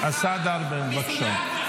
ארבל, בבקשה.